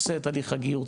עושה את תהליך הגיור,